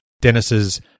Dennis's